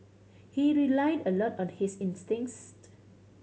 he relied a lot on his instincts